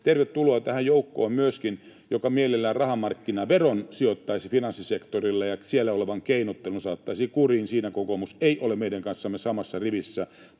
tervetuloa tähän joukkoon, joka mielellään rahamark-kinaveron sijoittaisi finanssisektorille ja siellä olevan keinottelun saattaisi kuriin. Siinä kokoomus ei ole meidän kanssamme samassa rivissä.